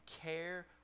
care